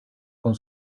con